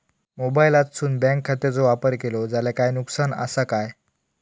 मोबाईलातसून बँक खात्याचो वापर केलो जाल्या काय नुकसान असा काय?